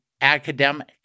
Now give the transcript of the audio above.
academic